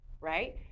right